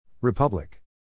Republic